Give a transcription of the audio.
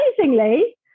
amazingly